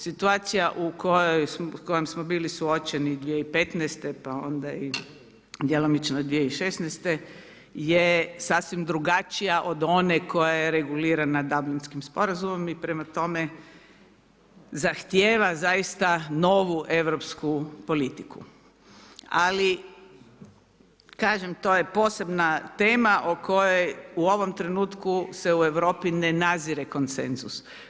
Situacija u kojoj smo bili suočeni 2015. pa onda i djelomično i 2016. je sasvim drugačija od one koja je regulirana Dablinskim sporazumom i prema tome zahtjeva zaista novu europsku politiku, ali kažem to je posebna tema o kojoj u ovom trenutku se u Europi ne nazire konsenzus.